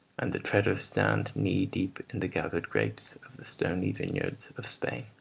and the treaders stand knee-deep in the gathered grapes of the stony vineyards of spain.